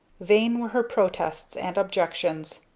vain were her protests and objections.